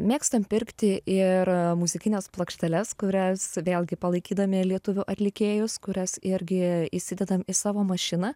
mėgstam pirkti ir muzikines plokšteles kurias vėlgi palaikydami lietuvių atlikėjus kurias irgi įsidedam į savo mašiną